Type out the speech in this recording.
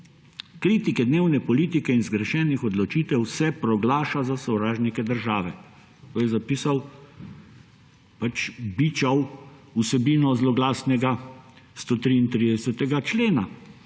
Kritike dnevne politike in zgrešenih odločitev se proglaša za sovražnike države. To je zapisal, pač bičal vsebino zloglasnega 133. člena.